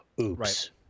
Oops